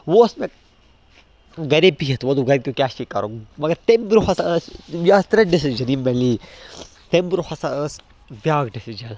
وۄنۍ اوس مےٚ گَرے بِہِتھ وۄنۍ دوٚپ گَرِکیو کیٛاہ چھُے کَرُن مگر تَمہِ برٛونٛہہ ہسا ٲس یہِ آس ترٛےٚ ڈیٚسِجَن یِم مےٚ نی تَمہِ برٛونٛہہ ہسا ٲس بیٛاکھ ڈیٚسِجَن